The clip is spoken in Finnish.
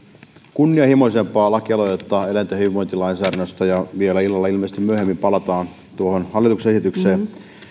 kunnianhimoisempaa lakialoitetta eläinten hyvinvointilainsäädännöstä ja ilmeisesti myöhemmin illalla vielä palataan tuohon hallituksen esitykseen